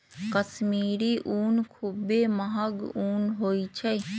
कश्मीरी ऊन खुब्बे महग ऊन होइ छइ